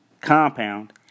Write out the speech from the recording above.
Compound